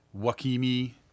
Wakimi